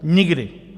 Nikdy.